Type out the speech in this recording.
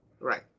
Right